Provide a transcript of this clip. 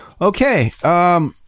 Okay